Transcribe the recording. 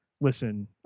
listen